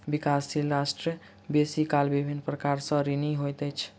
विकासशील राष्ट्र बेसी काल विभिन्न प्रकार सँ ऋणी होइत अछि